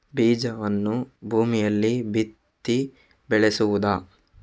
ಬೀಜವನ್ನು ಭೂಮಿಯಲ್ಲಿ ಬಿತ್ತಿ ಬೆಳೆಸುವುದಾ?